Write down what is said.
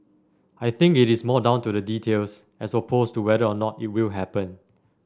I think it is more down to the details as opposed to whether or not it will happen